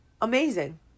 amazing